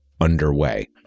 underway